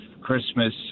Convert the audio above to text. christmas